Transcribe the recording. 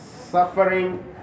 suffering